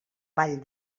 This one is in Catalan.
vall